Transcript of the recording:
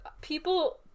people